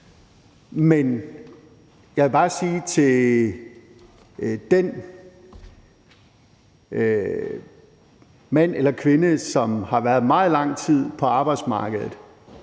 Men jeg vil bare sige, at den mand eller kvinde, som har været meget lang tid på arbejdsmarkedet,